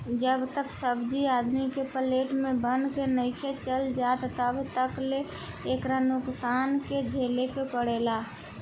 जब तक सब्जी आदमी के प्लेट में बन के नइखे चल जात तब तक ले एकरा नुकसान के झेले के पड़ेला